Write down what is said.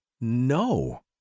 No